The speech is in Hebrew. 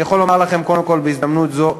אני יכול לומר לכם בהזדמנות זו,